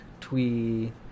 twee